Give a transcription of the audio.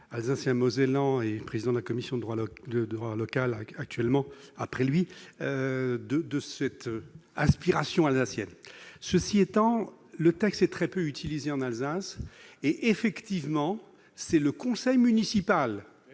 alsacien mosellan et président de la commission droits de devoir local a actuellement après lui de de cette aspiration alsacienne, ceci étant, le texte très peu utilisé en Alsace et effectivement, c'est le conseil municipal